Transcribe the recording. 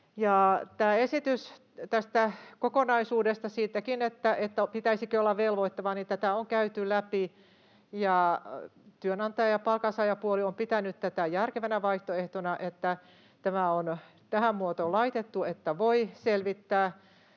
tästä kokonaisuudesta, siitäkin, pitäisikö olla velvoittavaa, on käyty läpi, ja työnantaja‑ ja palkansaajapuoli ovat pitäneet järkevänä vaihtoehtona, että tämä on tähän muotoon laitettu, että voi selvittää,